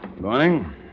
Morning